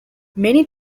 many